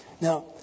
Now